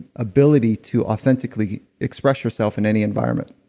ability to authentically express yourself in any environment.